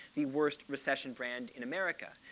the worst recession brand in america.